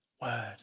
word